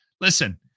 Listen